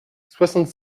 soixante